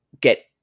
get